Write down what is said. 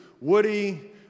Woody